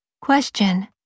Question